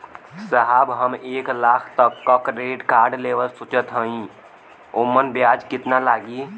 साहब हम एक लाख तक क क्रेडिट कार्ड लेवल सोचत हई ओमन ब्याज कितना लागि?